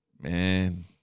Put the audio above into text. Man